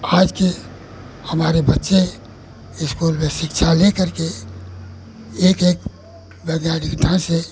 आज के हमारे बच्चे स्कूल में शिक्षा ले करके एक एक वैज्ञानिक ढंग से